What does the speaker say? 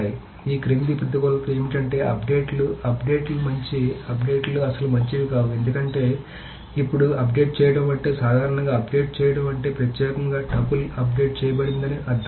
కాబట్టి ఈ క్రింది ప్రతికూలతలు ఏమిటంటే అప్డేట్లు అప్డేట్లు మంచి అప్డేట్లు అస్సలు మంచివి కావు ఎందుకంటే ఇప్పుడు అప్డేట్ చేయడం అంటే సాధారణంగా అప్డేట్ చేయడం అంటే ప్రత్యేకంగా టపుల్ అప్డేట్ చేయబడిందని అర్థం